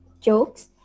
jokes